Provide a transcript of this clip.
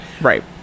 Right